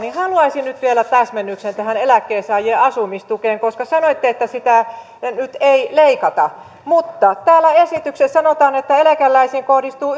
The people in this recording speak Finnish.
haluaisin nyt vielä täsmennyksen tähän eläkkeensaajien asumistukeen koska sanoitte että sitä nyt ei leikata täällä esityksessä sanotaan että eläkeläisiin kohdistuu